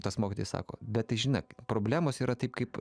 tas mokytojas sako bet tai žinai problemos yra taip kaip